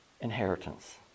inheritance